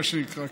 מה שנקרא,